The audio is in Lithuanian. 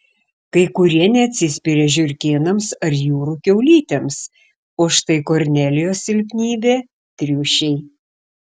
kai kurie neatsispiria žiurkėnams ar jūrų kiaulytėms o štai kornelijos silpnybė triušiai